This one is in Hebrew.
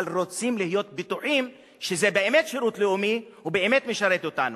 אבל רוצים להיות בטוחים שזה שירות לאומי שבאמת משרת אותנו.